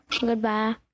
Goodbye